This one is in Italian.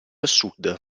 sud